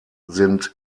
sind